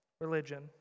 Religion